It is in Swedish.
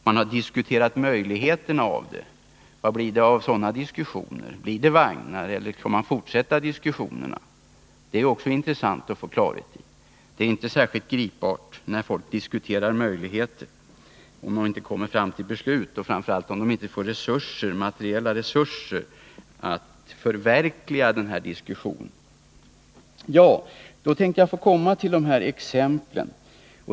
Man har alltså diskuterat möjligheterna att här göra någonting, men vad blir det av sådana diskussioner? Blir det vagnar, eller skall man fortsätta diskussionerna? Det vore intressant att också få klarhet på den punkten. Att bara diskutera möjligheterna att göra någonting är inte särskilt gripbart om man inte kommer fram till ett beslut och framför allt inte om de materiella resurserna för ett förverkligande av det man diskuterat saknas. Så till några exempel.